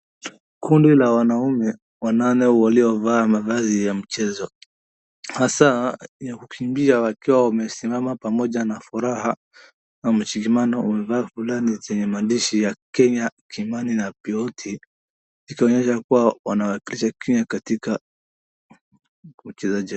Kundi la wanume wanane waliovaa mavazi ya michezo, hasa ya kukimbia, wakiwa wamesimama pamoja, na furaha na mshikamano, wamevaa fulani chenye maandishi ya Kenya, Kimani na ploti, kuonyesha kuwa wanasherehekea katika uchezaji.